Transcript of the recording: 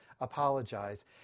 apologize